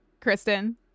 Kristen